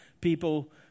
people